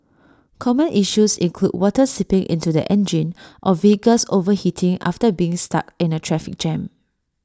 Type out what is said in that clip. common issues include water seeping into the engine or vehicles overheating after being stuck in A traffic jam